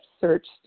searched